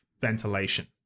ventilation